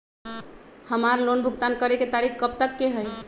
हमार लोन भुगतान करे के तारीख कब तक के हई?